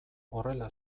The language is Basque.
horrela